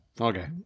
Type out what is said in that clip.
Okay